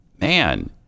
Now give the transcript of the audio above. Man